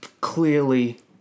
clearly